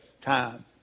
time